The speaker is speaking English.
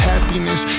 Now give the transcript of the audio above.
Happiness